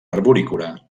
arborícola